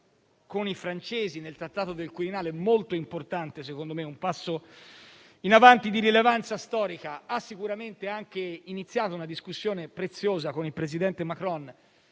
con i francesi, nel Trattato del Quirinale, che secondo me è molto importante, un passo in avanti di rilevanza storica, ha sicuramente anche iniziato una discussione preziosa con il presidente Macron